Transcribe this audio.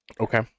Okay